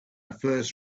first